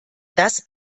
das